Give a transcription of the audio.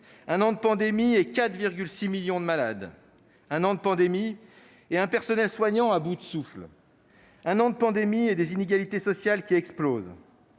un an de pandémie et 4,6 millions de malades ; un an de pandémie et un personnel soignant à bout de souffle ; un an de pandémie et des inégalités sociales qui explosent